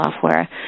software